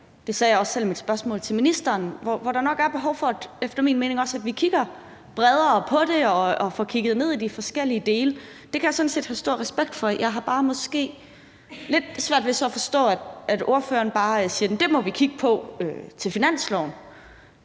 jeg sagde det også selv i mit spørgsmål til ministeren – nok er et behov for, at vi kigger bredere på det og får kigget ned i de forskellige dele. Det kan jeg sådan set have stor respekt for. Jeg har så måske bare lidt svært ved at forstå, at ordføreren bare siger: Det må vi kigge på under